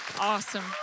Awesome